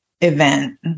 event